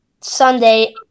Sunday